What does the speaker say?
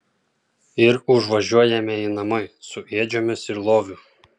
ir užvažiuojamieji namai su ėdžiomis ir loviu